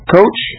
Coach